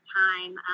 time